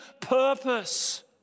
purpose